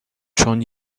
چون